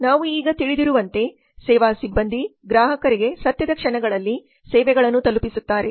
ನಾವು ಈಗ ತಿಳಿದಿರುವಂತೆ ಸೇವಾ ಸಿಬ್ಬಂದಿ ಗ್ರಾಹಕರಿಗೆ ಸತ್ಯದ ಕ್ಷಣಗಳಲ್ಲಿ ಸೇವೆಗಳನ್ನು ತಲುಪಿಸುತ್ತಾರೆ